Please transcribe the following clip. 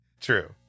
True